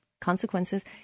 consequences